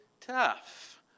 tough